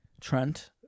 Trent